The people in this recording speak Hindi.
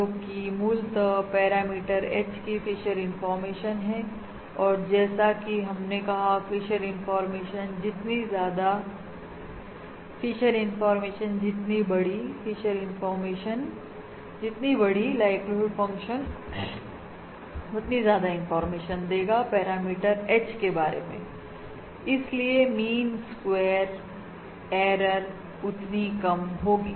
जोकि मूलत पैरामीटर H की फिशर इंफॉर्मेशन है और जैसा कि हमने कहा फिशर इंफॉर्मेशनजितनी ज्यादाफिशर इंफॉर्मेशनजितनी बड़ी फिशर इंफॉर्मेशनजितनी बड़ी लाइक्लीहुड फंक्शन उतनी ज्यादा इंफॉर्मेशन देगा पैरामीटर H के बारे में इसलिए मीन स्क्वेयर उतनी कम होगी